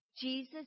Jesus